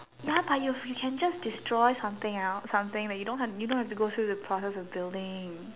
ya but you you can just destroy something else something you don't you don't have to go through the process of building